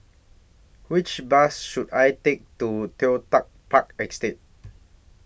Which Bus should I Take to Toh Tuck Park Estate